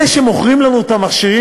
אלה שמוכרים לנו את המכשירים,